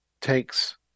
takes